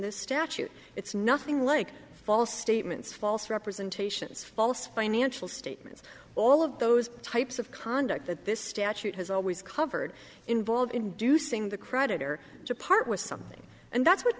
this statute it's nothing like false statements false representations false financial statements all of those types of conduct that this statute has always covered involve inducing the creditor to part with something and that's what